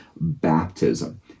baptism